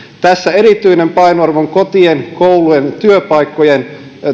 tässä erityinen painoarvo on kotien koulujen ja työpaikkojen